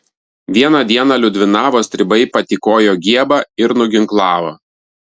vieną dieną liudvinavo stribai patykojo giebą ir nuginklavo